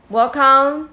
Welcome